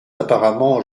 apparemment